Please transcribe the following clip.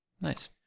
nice